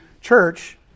church